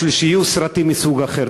בשביל שיהיו סרטים מסוג אחר.